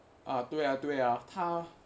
啊对呀对呀他